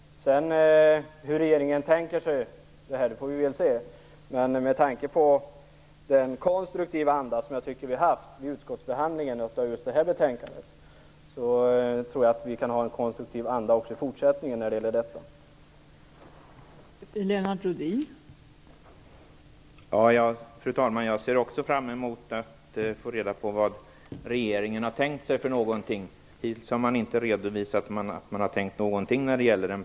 Hur regeringen tänker sig detta får vi se. Med tanke på den konstruktiva anda som jag tycker att vi har haft i utskottsbehandlingen av just detta betänkande tror jag att vi kan ha en konstruktiv anda också i fortsättningen när det gäller detta område.